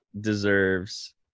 deserves –